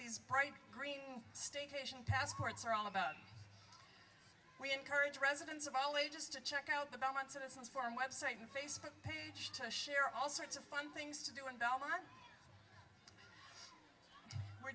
these pride green staycation passports are all about we encourage residents of all ages to check out the belmont citizens for our website and facebook page to share all sorts of fun things to do in belmont we're